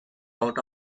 out